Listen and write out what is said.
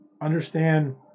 Understand